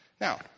Now